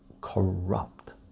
corrupt